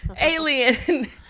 alien